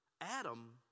Adam